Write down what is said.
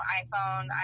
iPhone